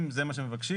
אם זה מה שמבקשים,